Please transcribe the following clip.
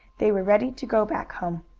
they were ready to go back home.